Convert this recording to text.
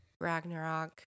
Ragnarok